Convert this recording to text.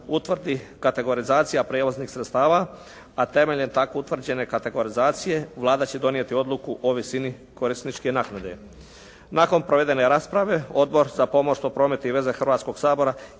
utvrdi kategorizacija prijevoznih sredstava a temeljem tako utvrđene kategorizacije Vlada će donijeti odluku o visini korisničke naknade. Nakon provedene rasprave Odbor za pomorstvo, promet i veze Hrvatskoga sabora